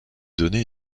données